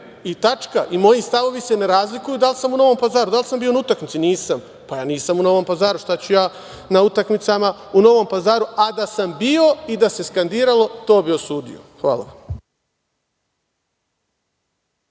i tačka i moji stavovi se ne razlikuju da li sam u Novom Pazaru. Da li sam bio na utakmici? Nisam, pa ja nisam u Novom Pazaru, šta ću ja na utakmicama u Novom Pazaru, a da sam bio i da se skandiralo to bi osudio. Hvala vam.